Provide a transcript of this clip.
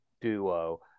duo